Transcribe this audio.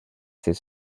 ses